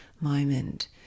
moment